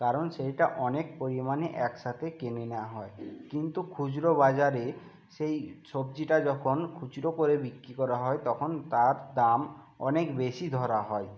কারণ সেইটা অনেক পরিমাণে একসাথে কিনে নেওয়া হয় কিন্তু খুচরো বাজারে সেই সবজিটা যখন খুচরো করে বিক্রি করা হয় তখন তার দাম অনেক বেশি ধরা হয়